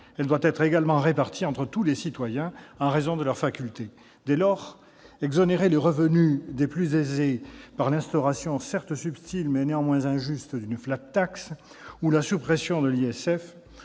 elle doit être également répartie entre tous les citoyens, en raison de leurs facultés. » Dès lors, l'exonération des revenus des plus aisés par l'instauration, certes subtile, et néanmoins injuste, d'une «» ou par la suppression de l'ISF-